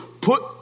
put